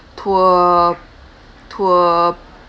tour tour